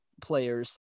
players